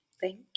Thank